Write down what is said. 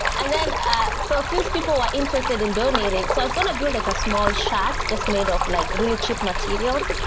and ah so since people were interested in donating so i was going to build like a small shack just made of like really cheap materials.